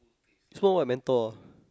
smoke what menthol ah